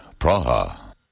Praha